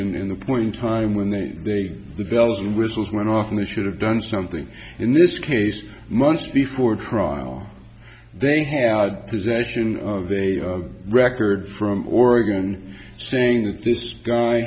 in the point time when they the bells and whistles went off and they should have done something in this case months before trial they had possession of a record from oregon saying that this guy